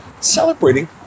celebrating